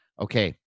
Okay